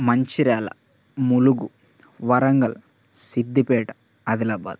Mancherial Mulugu Warangal Siddipet Adilabad